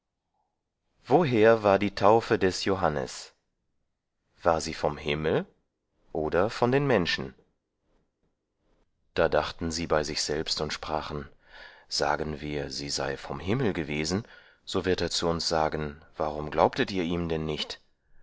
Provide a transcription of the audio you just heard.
woher war die taufe des johannes war sie vom himmel oder von den menschen da dachten sie bei sich selbst und sprachen sagen wir sie sei vom himmel gewesen so wird er zu uns sagen warum glaubtet ihr ihm denn nicht